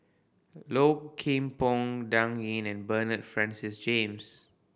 Low Kim Pong Dan Ying and Bernard Francis James